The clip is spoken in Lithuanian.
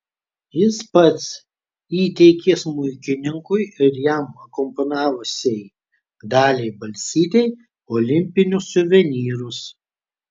jis pats įteikė smuikininkui ir jam akompanavusiai daliai balsytei olimpinius suvenyrus